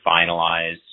finalize